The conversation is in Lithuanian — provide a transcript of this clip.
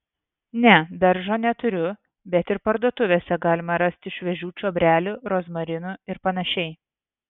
ne daržo neturiu bet ir parduotuvėse galima rasti šviežių čiobrelių rozmarinų ir panašiai